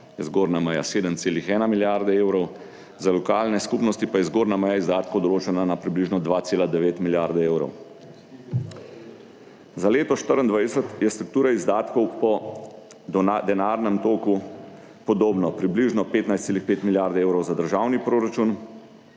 zgornja meja 7,1 milijarda evrov, za lokalne skupnosti pa je zgornja meja izdatkov določena na približno 2,9 milijarde evrov. Za leto 24 je struktura izdatkov po denarnem toku podobno, približno 15,5 milijard evrov za državni proračun,